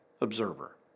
Observer